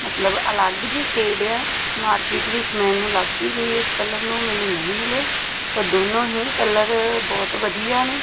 ਮਤਲਬ ਅਲੱਗ ਜਿਹੀ ਸ਼ੇਡ ਆ ਮਾਰਕੀਟ ਵਿੱਚ ਮੈਂ ਇਹਨੂੰ ਲੱਭਦੀ ਰਹੀ ਇਸ ਕਲਰ ਨੂੰ ਮੈਨੂੰ ਨਹੀਂ ਮਿਲੇ ਤਾਂ ਦੋਨੋਂ ਹੀ ਕਲਰ ਬਹੁਤ ਵਧੀਆ ਨੇ